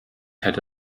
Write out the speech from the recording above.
hätte